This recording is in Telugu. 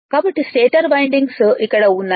కాబట్టి స్టేటర్ వైండింగ్స్ ఇక్కడ ఉన్నాయి